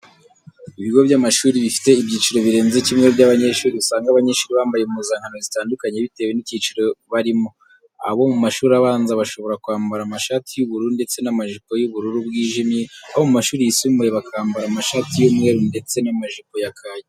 Ibigo by'amashuri bifite ibyiciro birenze kimwe by'abanyeshuri, usanga abanyeshuri bambara impuzankano zitandukanye bitewe n'icyiciro barimo. Abo mu mashuri abanza bashobora kwambara amashati y'ubururu ndetse n'amajipo y'ubururu bwijimye, abo mu mashuri yisumbuye bakambara amashati y'umweru ndetse n'amajipo ya kaki.